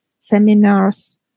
seminars